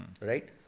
Right